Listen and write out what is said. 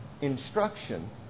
Instruction